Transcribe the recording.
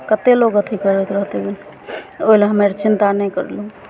कतेक लोग अथी करैत रहतै ओहिमे ओहि लए हमे आर चिन्ता नहि कयलहुॅं